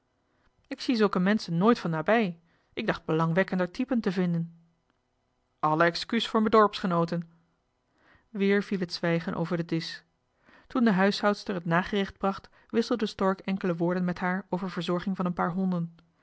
ik zie zulke menschen nooit van nabij ik dacht belangwekkender typen te vinden alle excuus voor me dorpsgenooten weer viel het zwijgen over den disch toen de huishoudster het nagerecht bracht wisselde stork enkele woorden met haar over verzorging van een paar honden